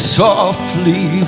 softly